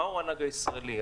מיהו הנהג הישראלי.